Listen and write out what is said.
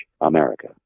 America